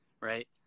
right